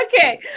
Okay